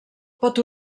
pot